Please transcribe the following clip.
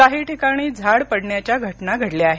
काही ठिकाणी झाड पडण्याच्या घटना घडल्या आहेत